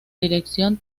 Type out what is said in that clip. dirección